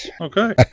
Okay